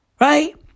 Right